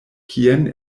kien